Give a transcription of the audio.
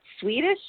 Swedish